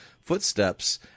footsteps